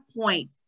point